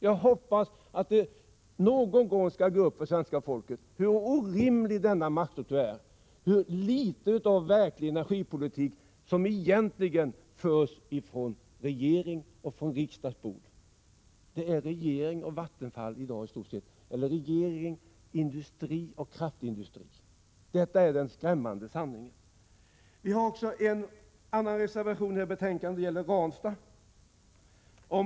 Jag hoppas att det någon gång skall gå upp för svenska folket hur orimlig denna maktstruktur är, hur litet av verklig energipolitik som regeringen och riksdagen egentligen driver. Det är i stort sett regering, industri och kraftindustri som styr. Det är den skrämmande sanningen. Centerpartiet har en annan reservation till betänkandet som gäller Ranstad.